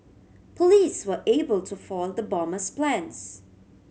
police were able to foil the bomber's plans